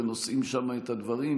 ונושאים שם את הדברים,